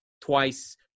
twice